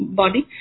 body